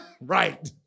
right